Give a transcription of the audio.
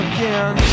Again